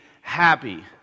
happy